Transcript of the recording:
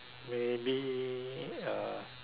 maybe a